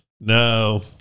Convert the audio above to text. No